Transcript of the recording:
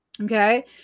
okay